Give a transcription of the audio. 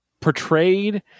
portrayed